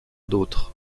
d’autres